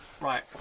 Right